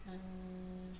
err